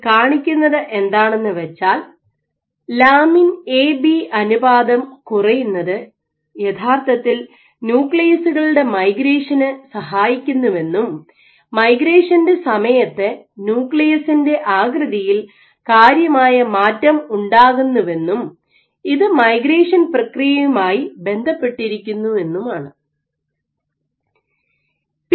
ഇത് കാണിക്കുന്നത് എന്താണെന്ന് വെച്ചാൽ ലാമിൻ എ ബി അനുപാതം കുറയുന്നത് യഥാർഥത്തിൽ ന്യൂക്ലിയസ്സുകളുടെ മൈഗ്രേഷന് സഹായിക്കുന്നുവെന്നും മൈഗ്രേഷന്റെ സമയത്ത് ന്യൂക്ലിയസിന്റെ ആകൃതിയിൽ കാര്യമായ മാറ്റം ഉണ്ടാകുന്നുവെന്നും ഇത് മൈഗ്രേഷൻ പ്രക്രിയയുമായി ബന്ധപ്പെട്ടിരിക്കുന്നു എന്നും ആണ്